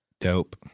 dope